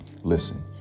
Listen